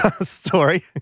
story